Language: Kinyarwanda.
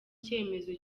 cyemezo